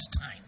time